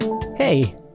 Hey